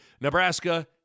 Nebraska